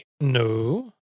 No